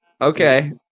okay